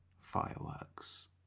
fireworks